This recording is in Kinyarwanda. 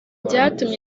byatumye